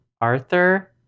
Arthur